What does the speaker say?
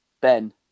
ben